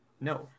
No